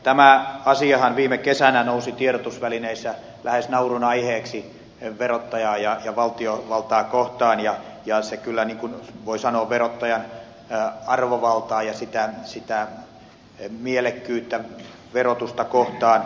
tämä asiahan viime kesänä nousi tiedotusvälineissä lähes naurunaiheeksi verottajaa ja valtiovaltaa kohtaan ja se kyllä voi sanoa verottajan arvovaltaa ja sitä mielekkyyttä verotusta kohtaan nakersi